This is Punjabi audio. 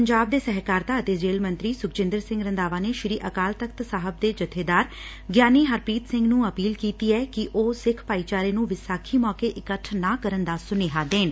ਪੰਜਾਬ ਦੇ ਸਹਿਕਾਰਤਾ ਅਤੇ ਜੇਲ੍ ਮੰਤਰੀ ਸੁਖਜਿੰਦਰ ਸਿੰਘ ਰੰਧਾਵਾ ਨੇ ਸ੍ਰੀ ਅਕਾਲ ਤਖ਼ਤ ਸਾਹਿਬ ਦੇ ਜੱਬੇਦਾਰ ਗਿਆਨੀ ਹਰਪ੍ੀਤ ਸਿੰਘ ਨੂੰ ਅਪੀਲ ਕੀਤੀ ਐ ਕਿ ਉਹ ਸਿੱਖ ਭਾਈਚਾਰੇ ਨੂੰ ਵਿਸਾਖੀ ਮੌਕੇ ਇਕੱਠ ਨਾ ਕਰਨ ਦਾ ਸੁਨੇਹਾ ਦੇਣ